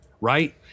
right